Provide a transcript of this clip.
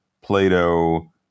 Plato